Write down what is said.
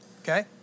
Okay